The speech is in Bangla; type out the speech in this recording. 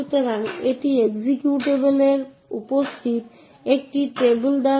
সুতরাং বাস্তবে এই অ্যাক্সেস ম্যাট্রিক্স মডেলটি বাস্তবায়নের জন্য এটি একটি খুব অনুকূল উপায় নয়